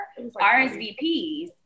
RSVPs